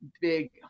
big